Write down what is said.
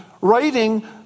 writing